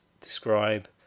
describe